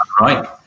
right